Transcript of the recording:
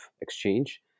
exchange